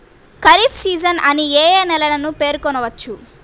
Kharif season అని ఏ ఏ నెలలను పేర్కొనవచ్చు?